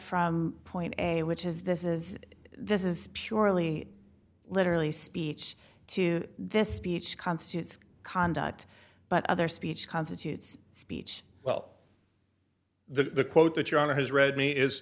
from point a which is this is this is purely literally speech to this speech constitutes conduct but other speech constitutes speech well the quote that your honor has read me is